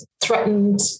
threatened